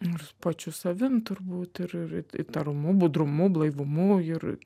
nors pačiu savim turbūt ir ir įtarumu budrumu blaivumu ir